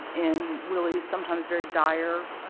in really sometimes very dire,